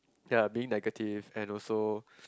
ya lah being negative and also